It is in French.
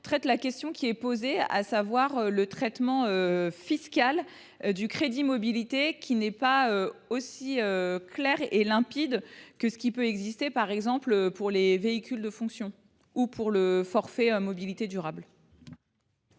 sur la question soulevée, à savoir le traitement fiscal du crédit mobilité, qui n’est pas aussi clair que celui qui peut exister, par exemple, pour les véhicules de fonction ou pour le forfait mobilités durables.